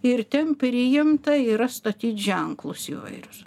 ir ten priimta yra statyt ženklus įvairius